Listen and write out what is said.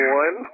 one